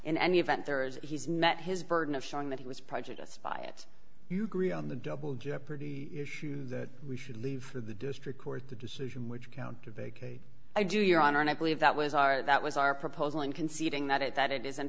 in any event there is he's met his burden of showing that he was prejudiced by it you agree on the double jeopardy issue that we should leave the district court the decision which count to vacate i do your honor and i believe that was our that was our proposal and conceding that it that it is in